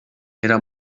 era